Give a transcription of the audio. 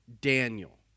Daniel